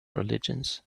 religions